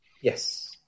Yes